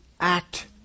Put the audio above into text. act